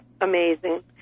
amazing